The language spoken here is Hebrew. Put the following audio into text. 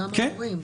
גם המורים.